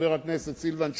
חבר הכנסת סילבן שלום,